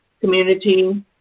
community